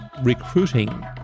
recruiting